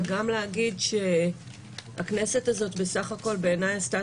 וגם להגיד שהכנסת הזאת בסך הכול בעיניי עשתה